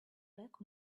back